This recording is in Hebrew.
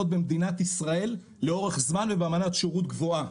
במדינת ישראל לאורך זמן ובאמנת שירות גבוהה